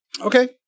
Okay